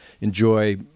enjoy